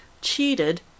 cheated